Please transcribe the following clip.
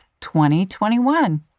2021